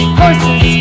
horses